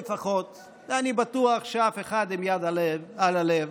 אני בטוח שאף אחד, עם יד על הלב,